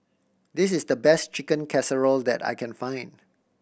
this is the best Chicken Casserole that I can find